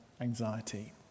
anxiety